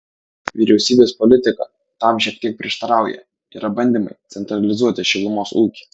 vyriausybės politika tam šiek tiek prieštarauja yra bandymai centralizuoti šilumos ūkį